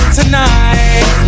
tonight